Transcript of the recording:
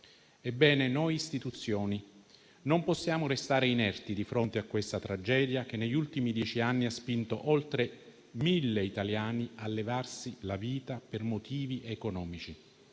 suicidi. Noi, istituzioni, non possiamo restare inerti di fronte a questa tragedia che, negli ultimi dieci anni, ha spinto oltre 1.000 italiani a togliersi la vita per motivi economici.